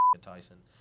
Tyson